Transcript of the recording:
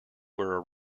were